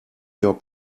your